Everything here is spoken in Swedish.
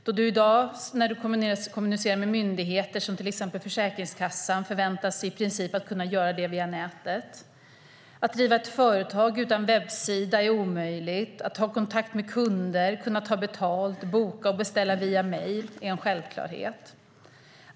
När man i dag kommunicerar med myndigheter, till exempel Försäkringskassan, förväntas man i princip kunna göra det via nätet. Att driva ett företag utan webbsida är omöjligt. Att ha kontakt med kunder, kunna ta betalt, boka och beställa via mejl är en självklarhet.